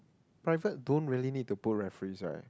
private don't really need to put reference right